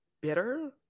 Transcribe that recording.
Bitter